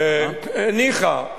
ניחא,